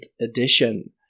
edition